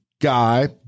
guy